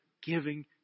giving